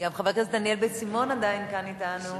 חבר הכנסת דניאל בן-סימון עדיין כאן אתנו.